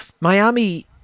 Miami